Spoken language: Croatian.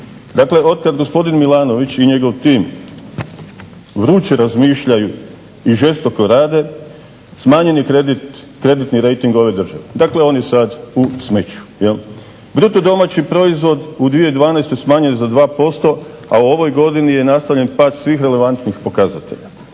Dakle, od kad gospodin Milanović i njegov tim vruće razmišljaju i žestoko rade smanjen je kreditni rejting ove države, dakle, on je sad u smeću. Bruto domaći proizvod u 2012. smanjuje za 2%, a u ovoj godini je nastavljen pad svih relevantnih pokazatelja.